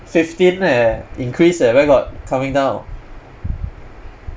fifteen eh increase eh where got coming down